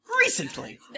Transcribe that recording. Recently